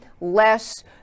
less